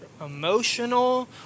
emotional